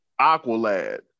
Aqualad